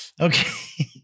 Okay